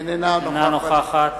אינה נוכחת